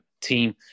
team